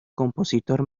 compositor